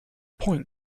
point